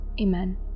Amen